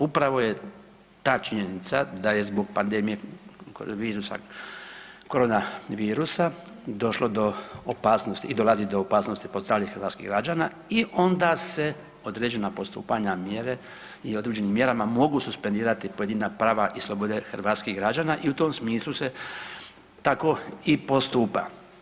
Upravo je ta činjenica da je zbog pandemije korona virusa došlo do opasnosti i dolazi do opasnosti po zdravlje hrvatskih građana i onda se određena postupanja mjere i određenim mjerama mogu suspendirati pojedina prava i slobode hrvatskih građana i u tom smislu se tako i postupa.